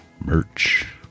merch